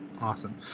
Awesome